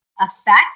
effect